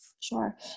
sure